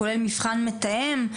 כולל מבחן מתאם?